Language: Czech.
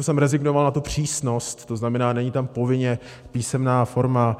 jsem rezignoval na tu přísnost, to znamená, není tam povinně písemná forma.